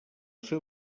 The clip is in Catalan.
seu